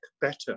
better